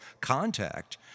Contact